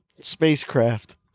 Spacecraft